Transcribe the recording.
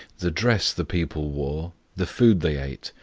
the dress the people wore, the food they ate,